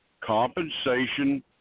compensation